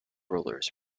rollers